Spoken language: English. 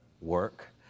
work